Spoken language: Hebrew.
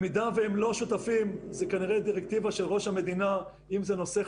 זה היום מצב פורמלי.